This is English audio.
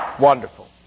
Wonderful